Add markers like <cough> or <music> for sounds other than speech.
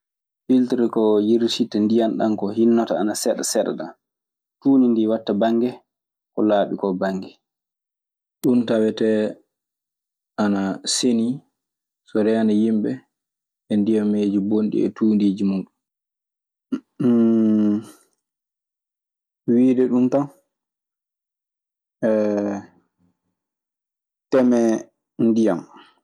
Filturu ko yirititta ndiyam ɗam ko hinnoto ana seɗa seɗa ɗam, tuundi watta bannge ko laaɓi koo bannge. Ɗun tawetee ana senii, so reena yimɓe e ndiyameeji bonaayi e tuundeeji muuɗun. <hesitation> Wiide ɗun tan <hesitation> temee ndiyan.